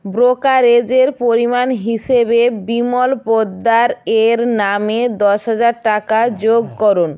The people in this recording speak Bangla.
ব্রোকারেজের পরিমাণ হিসেবে বিমল পোদ্দার এর নামে দশ হাজার টাকা যোগ করুন